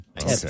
Okay